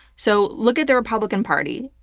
so, look at the republican party.